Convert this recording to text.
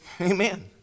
Amen